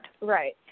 Right